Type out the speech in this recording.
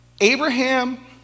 Abraham